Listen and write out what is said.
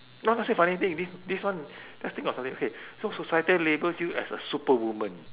no lah say funny thing this this one just think of something okay so society labels you as a superwoman